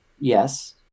yes